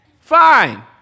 fine